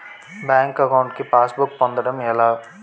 Bank account కి passbook పొందడం ఎలా?